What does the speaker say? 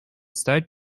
ставить